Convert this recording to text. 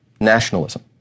nationalism